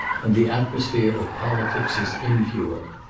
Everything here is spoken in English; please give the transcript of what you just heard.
and the atmosphere of politics is impure.